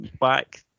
back